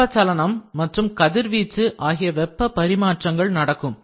வெப்பச்சலனம் convection மற்றும் கதிர்வீச்சு radiation ஆகியவெப்ப பரிமாற்றங்கள் நடக்கும்